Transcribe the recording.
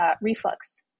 reflux